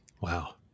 Wow